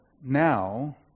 now